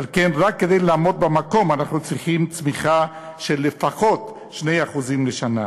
ועל כן רק כדי לעמוד במקום אנחנו צריכים צמיחה של לפחות 2% לשנה,